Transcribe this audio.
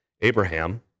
Abraham